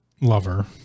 lover